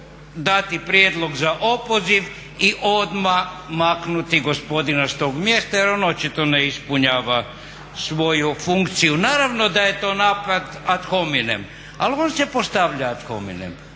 dati prijedlog za opoziv i odmah maknuti gospodina s tog mjesta jer on očito ne ispunjava svoju funkciju. Naravno da je to …/Govornik se ne razumije./… ad hominem ali on se postavlja ad hominem.